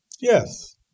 Yes